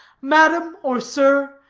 madam, or sir,